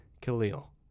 Khalil